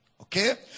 Okay